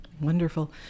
Wonderful